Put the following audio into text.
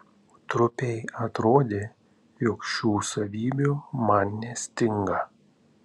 trupei atrodė jog šių savybių man nestinga